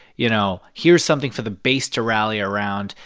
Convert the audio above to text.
you know, here's something for the base to rally around,